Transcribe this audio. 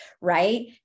right